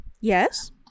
Yes